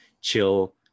chill